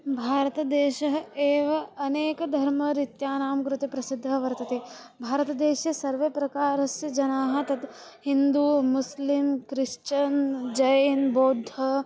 भारतदेशः एव अनेकधर्मरीत्यानां कृते प्रसिद्धः वर्तते भारतदेशे सर्वे प्रकारस्य जनाः तत् हिन्दुः मुस्लिम् क्रिस्चन् जैनः बौद्धः